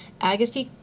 Agatha